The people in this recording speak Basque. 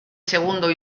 segundo